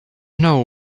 know